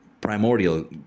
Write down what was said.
primordial